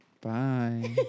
Bye